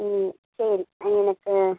ம் சரி எனக்கு